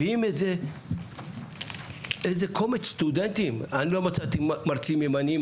ואם איזה קומץ סטודנטים אני לא מצאתי מרצים ימניים,